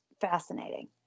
fascinating